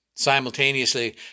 Simultaneously